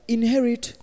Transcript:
inherit